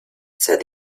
said